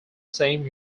same